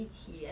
uh